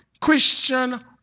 Christian